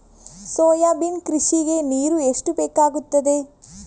Soybean ಕೃಷಿಗೆ ನೀರು ಎಷ್ಟು ಬೇಕಾಗುತ್ತದೆ?